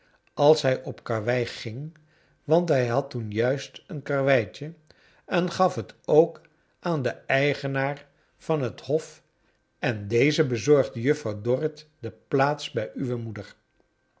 als hij op karwei ging want hij had toen juist een karweitje en gaf het ook aan den eigenaar van het hof en deze bezorgde juffrouw dorrit de plaats bij uwe moeder